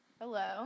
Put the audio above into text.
hello